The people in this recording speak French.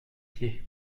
pieds